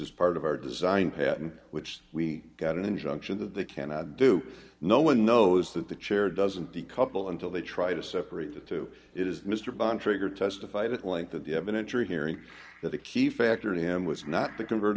is part of our design patent which we got an injunction that they cannot do no one knows that the chair doesn't decouple until they try to separate the two it is mr bontrager testified at length that you have an entry hearing that a key factor in him was not to convert